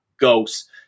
ghosts